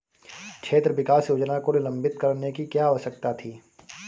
क्षेत्र विकास योजना को निलंबित करने की क्या आवश्यकता थी?